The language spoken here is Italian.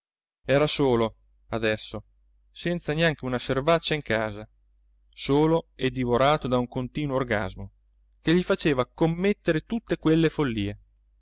era solo adesso senza neanche una servaccia in casa solo e divorato da un continuo orgasmo che gli faceva commettere tutte quelle follie